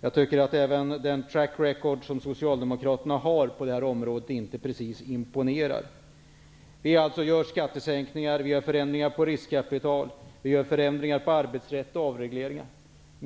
Jag tycker inte heller att den ''track record'' som Socialdemokraterna har på det här området precis imponerar. Vi gör skattesänkningar, vi gör förändringar för riskkapital, vi gör förändringar i arbetsrätt och avregleringar.